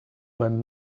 when